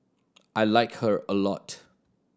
I like her a lot